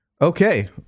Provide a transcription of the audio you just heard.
Okay